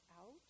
out